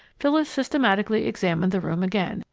phyllis systematically examined the room again,